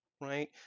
right